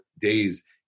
days